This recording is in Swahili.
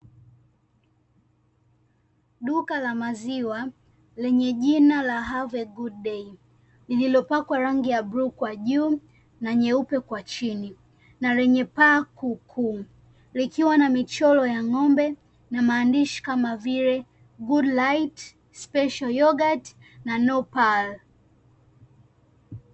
Duka la maziwa lenye jina la 'Have a good day' lililopakwa rangi ya bluu kwa juu na nyeupe kwa chini na lenye paa kuu kuu likiwa na michoro ya ng'ombe na maandishi kama vile ''Good light'', special Yoghurt na